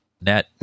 net